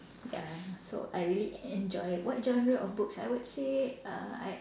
ya so I really enjoy what genre of books I would say uh I